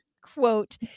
quote